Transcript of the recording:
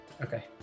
Okay